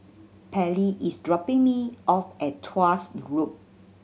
Pallie is dropping me off at Tuas Loop